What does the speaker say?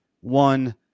One